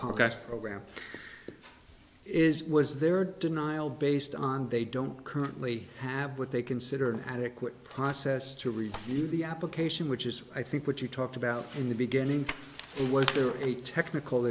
past program is was their denial based on they don't currently have what they consider an adequate process to review the application which is i think what you talked about in the beginning it was a technical